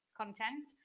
content